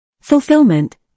Fulfillment